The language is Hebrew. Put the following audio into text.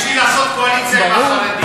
בשביל לעשות קואליציה עם החרדים, נו,